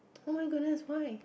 oh my goodness why